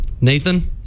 Nathan